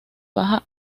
baja